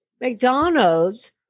McDonald's